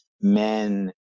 men